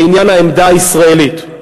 בעניין העמדה הישראלית.